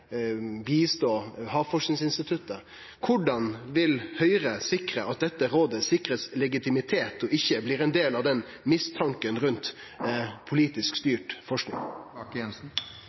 Havforskingsinstituttet. Korleis vil Høgre sikre at dette rådet blir sikra legitimitet, og ikkje blir ein del av mistanken rundt politisk styrt